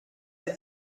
alle